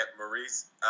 Maurice